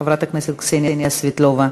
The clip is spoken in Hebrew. חברת הכנסת קסניה סבטלובה,